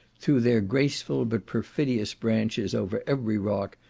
threw their graceful, but perfidious branches, over every rock,